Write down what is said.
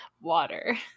Water